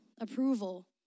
approval